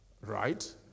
right